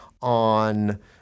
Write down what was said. on